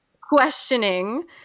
questioning